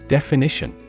Definition